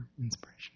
inspiration